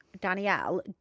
Danielle